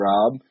Rob